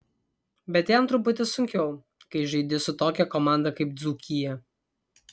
bet jam truputį sunkiau kai žaidi su tokia komanda kaip dzūkija